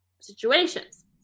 situations